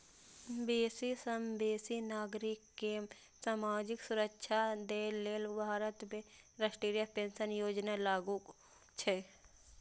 बेसी सं बेसी नागरिक कें सामाजिक सुरक्षा दए लेल भारत में राष्ट्रीय पेंशन योजना लागू छै